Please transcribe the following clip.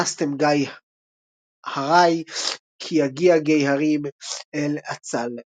'ונסתם גיא-הרי, כי-יגיע גי-הרים אל-אצל וגו'',